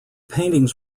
paintings